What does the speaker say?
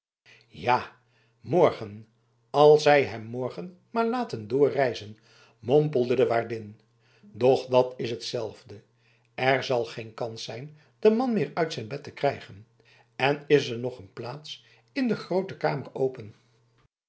ja morgen als zij hem morgen maar laten doorreizen mompelde de waardin doch dat is hetzelfde er zal geen kans zijn den man meer uit zijn bed te krijgen en is er nog een plaats in de groote kamer open